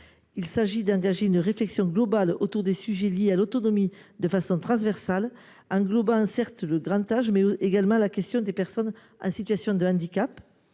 Il s’agit d’engager une réflexion globale autour des sujets liés à l’autonomie, de façon transversale, en englobant certes le grand âge, mais aussi les personnes en situation de handicap.